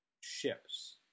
ships